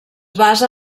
basa